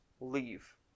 leave